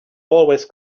always